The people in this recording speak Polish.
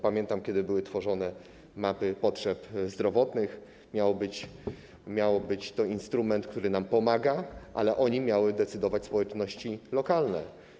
Pamiętam, kiedy były tworzone mapy potrzeb zdrowotnych, miał to być instrument, który nam pomaga, ale o nim miały decydować społeczności lokalne.